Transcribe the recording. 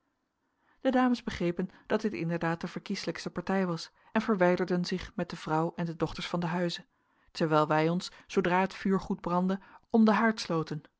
de dames begrepen dat dit inderdaad de verkieslijkste partij was en verwijderden zich met de vrouw en de dochters van den huize terwijl wij ons zoodra het vuur goed brandde om den haard sloten